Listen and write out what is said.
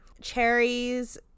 cherries